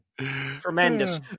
Tremendous